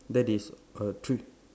that is a thr~